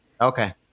Okay